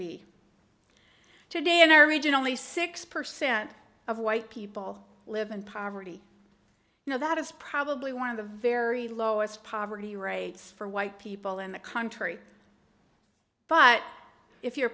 be today in our region only six percent of white people live in poverty you know that is probably one of the very lowest poverty rates for white people in the country but if you're a